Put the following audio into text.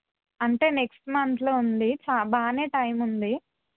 అంటే నెక్స్ట్ మంత్లో ఉంది చ బాగానే టైమ్ ఉంది